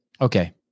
Okay